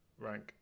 Rank